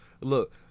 Look